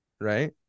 right